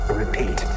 repeat